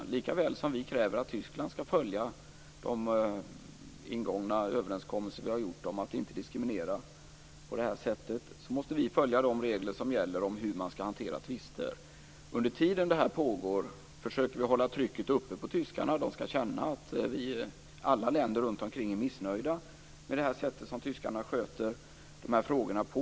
Lika väl som vi kräver att Tyskland skall följa våra ingångna överenskommelser om att inte diskriminera på det här sättet måste vi följa de regler som gäller om hur man skall hantera tvister. Under tiden det här pågår försöker vi hålla trycket uppe på tyskarna. De skall känna att vi, alla länder runt omkring, är missnöjda med det sätt tyskarna sköter de här frågorna på.